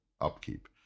upkeep